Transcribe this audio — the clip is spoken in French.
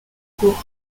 court